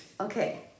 Okay